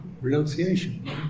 renunciation